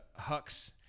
Hux